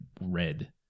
red